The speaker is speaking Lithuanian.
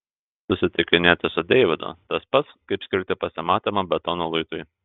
susitikinėti su deividu tas pats kaip skirti pasimatymą betono luitui